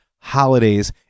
holidays